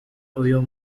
uyu